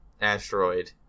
asteroid